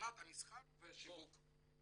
מבחינת המסחר והשיווק.